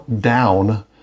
down